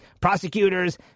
prosecutors